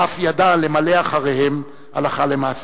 ואף ידע למלא אחריהם הלכה למעשה.